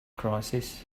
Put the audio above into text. crisis